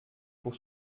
pour